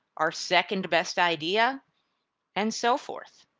our second-best idea and so forth.